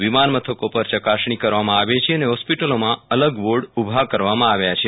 વિમાનમથકો પર ચકાસણી કરવામાં આવે છે અને હોસ્પિટલોમાં અલગ વોર્ડ ઉભા કરવામાં આવ્યા છે